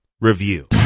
review